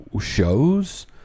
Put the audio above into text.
shows